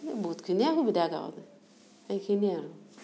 এই বহুতখিনিয়ে সুবিধা গাঁৱত সেইখিনিয়ে আৰু